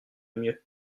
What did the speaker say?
mieux